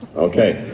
ok.